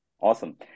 awesome